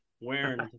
wearing